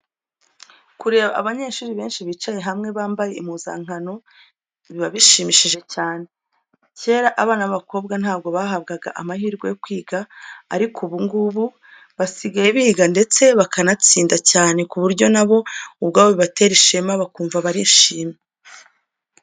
Kureba abanyeshuri benshi bicaye hamwe, bambaye impuzankano biba bishimishije cyane. Kera abana b'abakobwa ntabwo bahabwaga amahirwe yo kwiga ariko ubu ngubu basigaye biga ndetse bakanatsinda cyane ku buryo na bo ubwabo bibatera ishema bakumva barishimye.